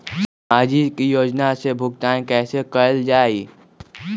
सामाजिक योजना से भुगतान कैसे कयल जाई?